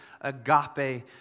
agape